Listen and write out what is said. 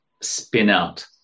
spin-out